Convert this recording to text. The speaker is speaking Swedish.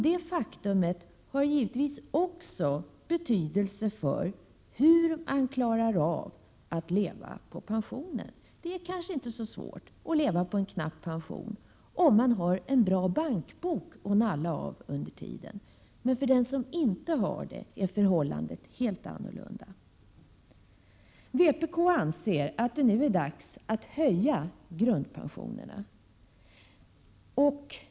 Detta faktum har givetvis också betydelse för hur man klarar att leva på pensionen. Det är kanske inte så svårt att leva på en knapp pension, om man har en bra bankbok att nalla av under tiden. Men för den som inte har det är förhållandet helt annorlunda. Vpk anser att det nu är dags att höja grundpensionerna.